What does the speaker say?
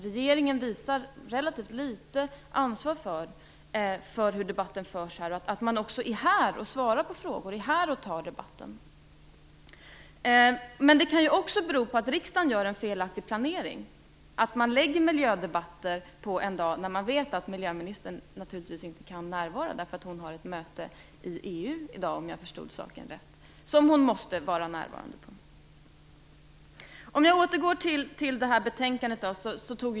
Regeringen visar relativt litet ansvar för hur debatten förs här. Man borde vara här och svara på frågor och ta debatten. Det kan också bero på att riksdagen gör en felaktig planering. Man lägger miljödebatter på en dag när man vet att miljöministern naturligtvis inte kan närvara därför att hon har ett möte i EU i dag, om jag förstod saken rätt, som hon måste vara närvarande på. Jag återgår till betänkandet.